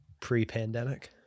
Pre-pandemic